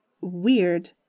weird